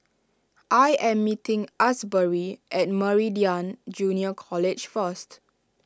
I am meeting Asbury at Meridian Junior College first